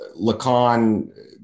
Lacan